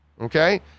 okay